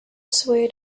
swayed